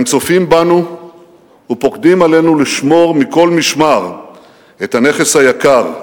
הם צופים בנו ופוקדים עלינו לשמור מכל משמר את הנכס היקר,